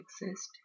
exist